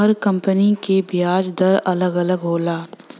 हर company के बियाज दर अलग अलग होला